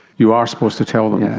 you are supposed to tell them.